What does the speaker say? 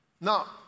Now